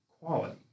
quality